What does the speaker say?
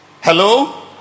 Hello